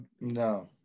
No